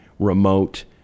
remote